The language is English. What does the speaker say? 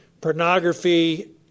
Pornography